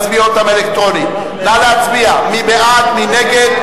סליחה, קבוצת חד"ש.